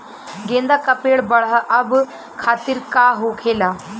गेंदा का पेड़ बढ़अब खातिर का होखेला?